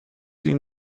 این